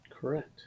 Correct